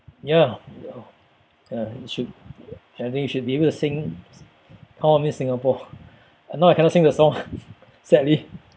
ya ya should ya you should ya I think you should be able to sing call me Singapore uh now I cannot sing the song sadly